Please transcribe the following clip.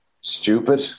stupid